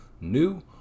new